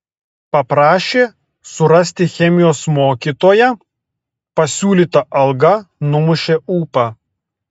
paprašė surasti chemijos mokytoją pasiūlyta alga numušė ūpą